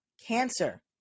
Cancer